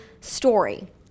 story